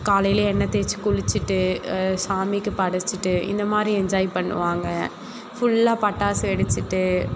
காலையில் எண்ணெய் தேய்த்து குளித்துட்டு சாமிக்குப் படைத்துட்டு இந்த மாதிரி என்ஜாய் பண்ணுவாங்க ஃபுல்லாக பட்டாசு வெடித்துட்டு